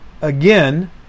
again